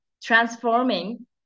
transforming